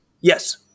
Yes